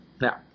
Now